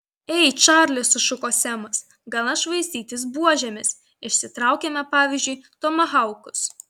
ei čarli sušuko semas gana švaistytis buožėmis išsitraukiame pavyzdžiui tomahaukus